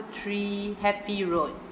three happy road